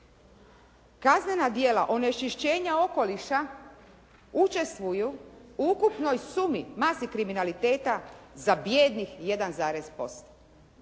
kaznena djela onečišćenja okoliša učestvuju u ukupnoj sumi, masi kriminaliteta za bijednih jedan